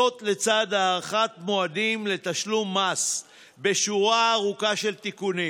זאת לצד הארכת מועדים לתשלום מס בשורה ארוכה של תיקונים.